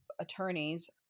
attorneys